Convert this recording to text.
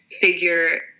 figure